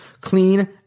clean